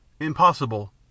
Impossible